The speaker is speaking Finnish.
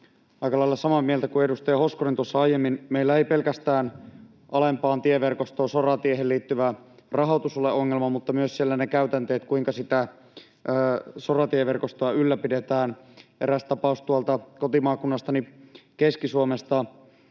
aika lailla samaa mieltä kuin edustaja Hoskonen tuossa aiemmin: meillä ei ole ongelma pelkästään alempaan tieverkostoon, sorateihin, liittyvä rahoitus vaan myös ne käytänteet siellä, kuinka sitä soratieverkostoa ylläpidetään. Eräs tapaus kotimaakunnastani Keski-Suomesta: